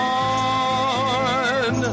on